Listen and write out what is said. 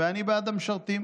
ואני בעד המשרתים.